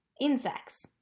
Insects